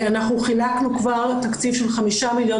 אנחנו חילקנו תקציב של חמישה מיליון,